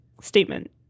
statement